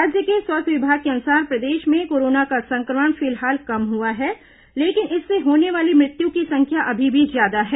राज्य के स्वास्थ्य विभाग के अनुसार प्रदेश में कोरोना का संक्रमण फिलहाल कम हुआ है लेकिन इससे होने वाली मृत्यु की संख्या अभी भी ज्यादा है